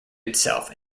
itself